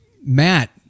matt